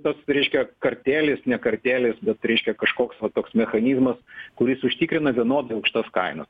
tas reiškia kartėlis ne kartėlis bet reiškia kažkoks va toks mechanizmas kuris užtikrina vienodai aukštas kainas